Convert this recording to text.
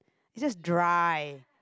it's just dry